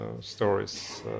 stories